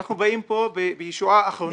אנחנו באים לכאן בישועה אחרונה.